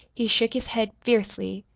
he shook his head fiercely,